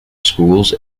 schools